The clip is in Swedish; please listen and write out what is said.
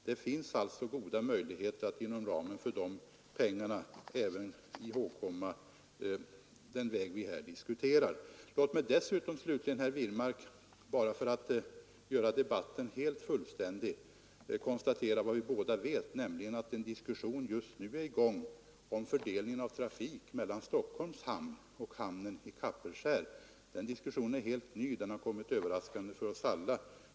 Låt mig också, för att göra debatten mer fullständig, konstatera vad både herr Wirmark och jag vet, nämligen att en diskussion just nu pågår om fördelningen av trafik mellan Stockholms hamn och hamnen i Kapellskär. Den diskussionen är helt ny — den har kommit överraskande för oss alla.